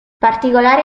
particolare